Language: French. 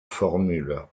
formules